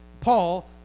Paul